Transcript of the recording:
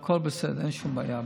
הכול בסדר, אין שום בעיה בזה.